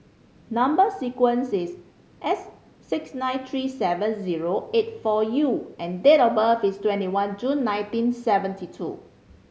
number sequence is S six nine three seven zero eight four U and date of birth is twenty one June nineteen seventy two